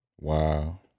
Wow